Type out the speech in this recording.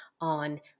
on